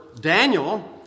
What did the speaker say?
Daniel